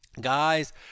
Guys